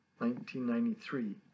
1993